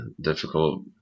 difficult